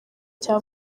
cya